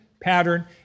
pattern